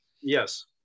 Yes